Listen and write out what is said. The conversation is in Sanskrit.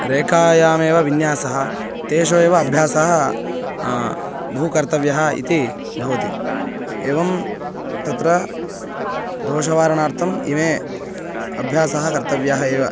रेखायामेव विन्यासः तेषु एव अभ्यासः बहु कर्तव्यः इति भवति एवं तत्र दोषवारणार्थम् इमे अभ्यासः कर्तव्यः एव